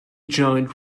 joined